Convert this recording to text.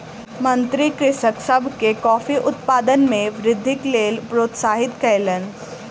मंत्री कृषक सभ के कॉफ़ी उत्पादन मे वृद्धिक लेल प्रोत्साहित कयलैन